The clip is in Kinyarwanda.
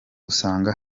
usanga